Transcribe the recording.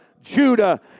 Judah